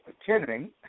attending